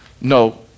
no